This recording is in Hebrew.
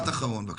אנחנו